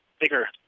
Bigger